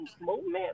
movement